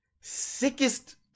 sickest